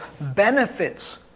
benefits